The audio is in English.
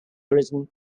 written